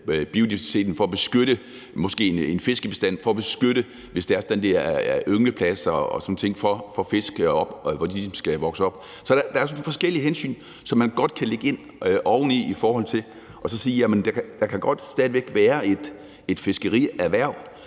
biodiversiteten, for måske at beskytte en fiskebestand, for at beskytte, hvis der er ynglepladser for fisk, hvor de ligesom skal vokse op. Så der er nogle forskellige hensyn, som man godt kan lægge ind oveni i forhold til det og så sige: Jamen der kan godt stadig væk være et fiskerierhverv,